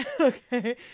Okay